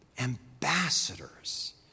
Ambassadors